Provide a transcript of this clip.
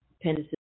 appendices